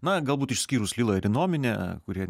na galbūt išskyrus lilą ir inominę kurie